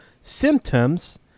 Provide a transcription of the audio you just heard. symptoms